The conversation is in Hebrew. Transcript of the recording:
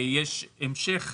יש המשך